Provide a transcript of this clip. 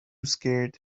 scared